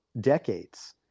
decades